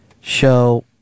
show